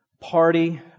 party